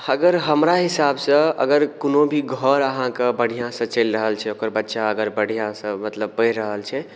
अगर हमरा हिसाबसँ अगर कोनो भी घर अहाँके बढ़िआँसँ चलि रहल छै ओकर बच्चा अगर बढ़िआँसँ मतलब पढ़ि रहल छै